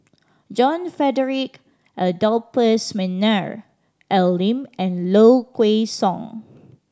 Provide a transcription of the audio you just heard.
John Frederick Adolphus McNair Al Lim and Low Kway Song